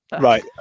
Right